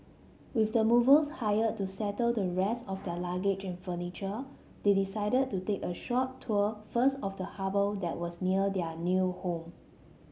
with the movers hired to settle the rest of their luggage and furniture they decided to take a short tour first of the harbour that was near their new home